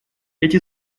эти